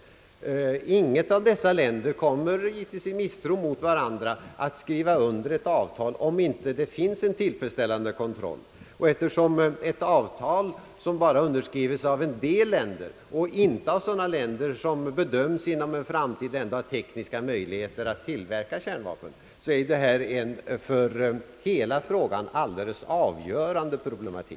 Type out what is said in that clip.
Givetvis kommer, av misstro mot den andra parten, inget av dessa länder att skriva under ett avtal om det inte finns en tillfredsställande kontroll. Eftersom ett avtal som bara underskrivs av en del länder, men inte av sådana som bedöms inom en framtid ändå ha tekniska möjligheter att tillverka kärnvapen, ät av mycket begränsad betydelse, är detta en för hela frågan alldeles avgörande problematik.